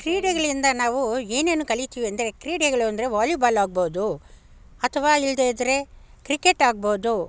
ಕ್ರೀಡೆಗಳಿಂದ ನಾವು ಏನೇನು ಕಲಿತೀವಿ ಅಂದರೆ ಕ್ರೀಡೆಗಳು ಅಂದರೆ ವಾಲಿಬಾಲಾಗಬೌದು ಅಥವಾ ಇಲ್ಲದೇ ಇದ್ದರೆ ಕ್ರಿಕೆಟಾಗಬೌದು